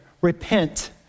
Repent